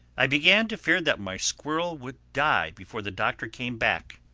i began to fear that my squirrel would die before the doctor came back.